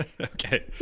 Okay